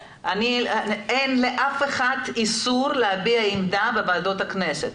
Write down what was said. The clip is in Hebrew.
אין לאף אחד איסור להביע עמדה בוועדות הכנסת.